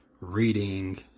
reading